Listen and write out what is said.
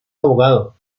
abogado